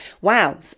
wow